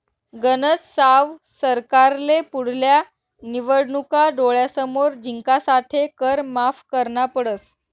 गनज साव सरकारले पुढल्या निवडणूका डोळ्यासमोर जिंकासाठे कर माफ करना पडस